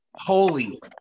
holy